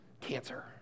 cancer